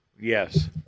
Yes